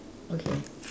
okay